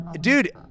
Dude